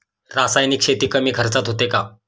रासायनिक शेती कमी खर्चात होते का?